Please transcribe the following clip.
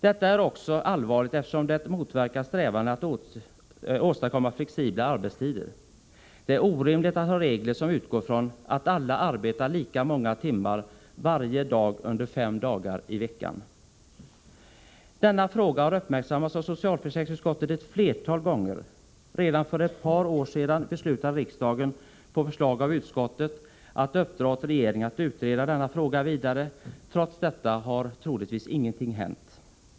Detta är också allvarligt, eftersom det motverkar strävandena att åstadkomma flexiblare arbetstider. Det är orimligt att ha regler som utgår från att alla arbetar lika många timmar under varje dag fem dagar i veckan. Denna fråga har uppmärksammats av socialförsäkringsutskottet ett flertal gånger. Redan för ett par år sedan beslutade riksdagen, på förslag av utskottet, att uppdra åt regeringen att utreda denna fråga vidare. Trots detta har troligtvis ingenting hänt.